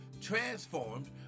Transformed